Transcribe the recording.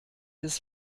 des